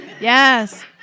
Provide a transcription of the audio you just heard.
Yes